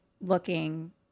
looking